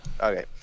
okay